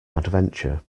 adventure